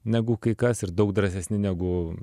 negu kai kas ir daug drąsesni negu